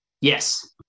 Yes